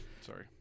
Sorry